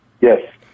Yes